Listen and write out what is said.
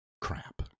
Crap